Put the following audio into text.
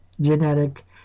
genetic